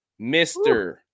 Mr